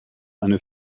eine